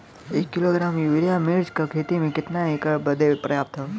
एक kilogram urea मिर्च क खेती में कितना एकड़ बदे पर्याप्त ह?